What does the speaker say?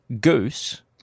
Goose